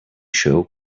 show